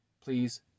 please